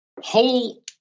Whole